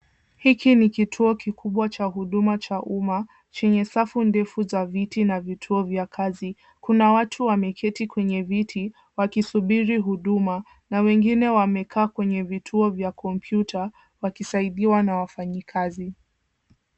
Hiki ni kituo kikubwa cha huduma cha umma, chenye safu ndefu za viti na vituo vya kazi. Kuna watu wameketi kwenye viti, wakisubiri huduma, na wengine wamekaa kwenye vituo vya computer , wakisaidiwa na wafanyikazi.